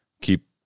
keep